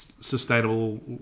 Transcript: sustainable